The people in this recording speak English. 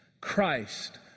Christ